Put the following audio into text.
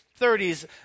30s